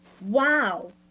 wow